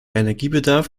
energiebedarf